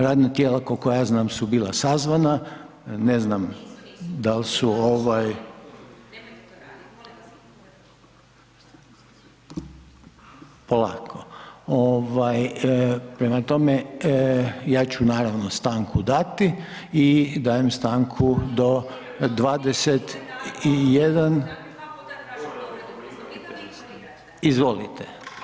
Radna tijela koliko ja znam su bila sazvana, ne znam da li su ovaj, polako, prema tome ja ću naravno stanku dati i dajem stanku do 21, izvolite.